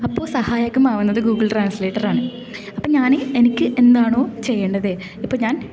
അപ്പോൾ സഹായകമാവുന്നത് ഗൂഗിൾ ട്രാൻസ്ലേറ്ററാണ് അപ്പം ഞാന് എനിക്ക് എന്താണോ ചെയ്യേണ്ടത് ഇപ്പം ഞാൻ